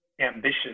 ambitious